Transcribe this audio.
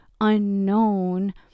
unknown